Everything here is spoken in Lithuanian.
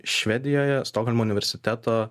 švedijoje stokholmo universiteto